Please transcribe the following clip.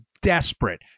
desperate